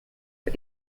for